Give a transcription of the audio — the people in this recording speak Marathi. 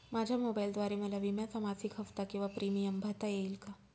माझ्या मोबाईलद्वारे मला विम्याचा मासिक हफ्ता किंवा प्रीमियम भरता येईल का?